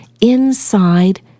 inside